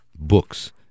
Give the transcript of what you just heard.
books